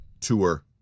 tour